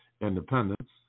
independence